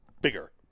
bigger